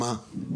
למה?